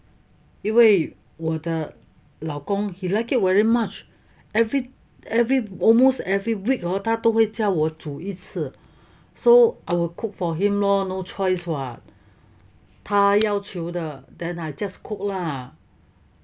因为我的老公 he like it very much every every almost every week hor 他都会叫我煮一次 so I'll cook for him lor no choice [what] 他要求的 then I just cook lah